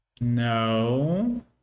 No